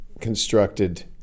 constructed